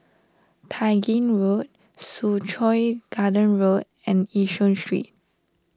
Tai Gin Road Soo Chow Garden Road and Yishun Street